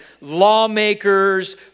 lawmakers